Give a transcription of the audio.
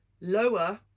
Lower